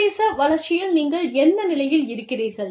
சர்வதேச வளர்ச்சியில் நீங்கள் எந்த நிலையில் இருக்கிறீர்கள்